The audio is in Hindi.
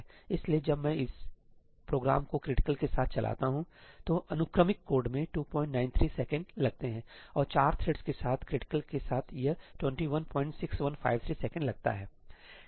इसलिए जब मैं इस प्रोग्राम को क्रिटिकल'critical' के साथ चलाता हूं तो अनुक्रमिक कोड में 293 सेकंड लगते हैं और चार थ्रेड्स के साथ क्रिटिकल'critical' के साथ यह 216153 सेकंड लगता है सही